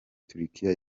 turkiya